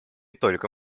только